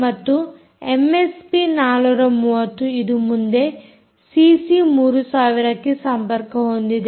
ಮತ್ತು ಎಮ್ಎಸ್ಪಿ 430 ಇದು ಮುಂದೆ ಸಿಸಿ 3000 ಕ್ಕೆ ಸಂಪರ್ಕ ಹೊಂದಿದೆ